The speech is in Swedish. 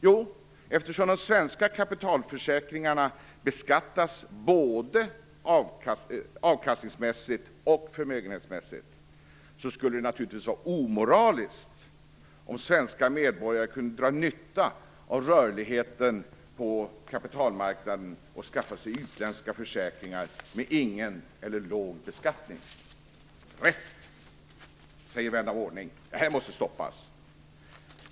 Jo, eftersom de svenska kapitalförsäkringarna beskattas både avkastningsmässigt och förmögenhetsmässigt, skulle det naturligtvis vara omoraliskt om svenska medborgare kunde dra nytta av rörligheten på kapitalmarknaden och skaffa sig utländska försäkringar, som är lågt beskattade eller helt skattebefriade. Rätt, säger vän av ordning, detta måste stoppas!